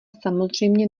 samozřejmě